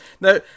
Now